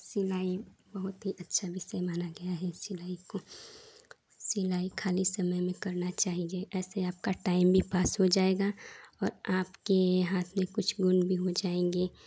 सिलाई बहुत ही अच्छा वैसे माना गया है सिलाई को सिलाई खाली समय में करना चाहिए ऐसे आपका टाइम भी पास हो जाएगा और आपके हाथ में कुछ भी मोल भी हो जाएंगे